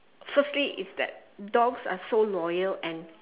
firstly is that dogs are so loyal and